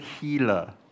healer